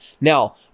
Now